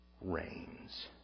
reigns